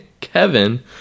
Kevin